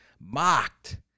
mocked